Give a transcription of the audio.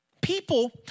people